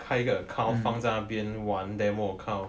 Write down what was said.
开一个 account 放在那边玩 demo account